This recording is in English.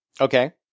Okay